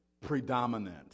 predominant